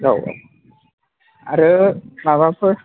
औ औ आरो माबाफोर